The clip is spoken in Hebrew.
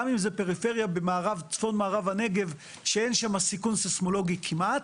גם אם זה פריפריה בצפון-מערב הנגב שאין שם סיכון סייסמולוגי כמעט,